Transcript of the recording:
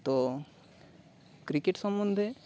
তো ক্রিকেট সম্বন্ধে